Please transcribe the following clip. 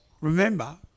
remember